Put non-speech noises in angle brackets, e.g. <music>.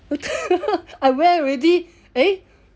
<laughs> I wear already eh